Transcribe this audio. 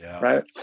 right